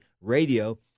radio